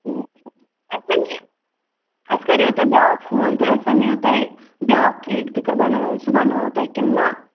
اَسہِ وَنے اَسہِ کَریو تۄہہِ بیٛاکھ فون تہٕ اَسہِ وَنیِوٕ تۄہہِ بیٛاکھ کیک تہِ بَناوُن سُہ بَنووٕ تۄہہِ کِنہٕ نا